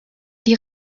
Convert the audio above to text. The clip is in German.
die